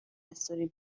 استوری